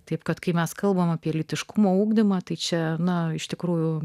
taip kad kai mes kalbame apie lytiškumo ugdymą tai čia na iš tikrųjų